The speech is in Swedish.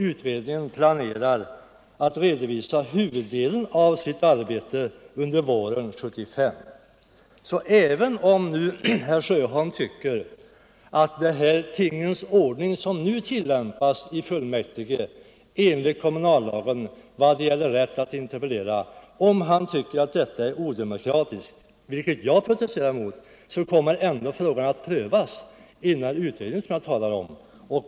Utredningen planerar att redovisa huvuddelen av sitt arbete under våren 1975, så även om herr Sjöholm tycker att den ordning som nu tillämpas enligt kommunallagen när det gäller rätten att interpellera i fullmäktige är odemokratisk —- vilket jag protesterar mot — kommer ändå frågan att prövas i den utredning jåg talar om.